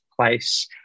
place